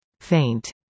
Faint